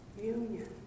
union